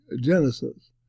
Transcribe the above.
Genesis